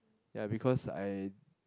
ya because I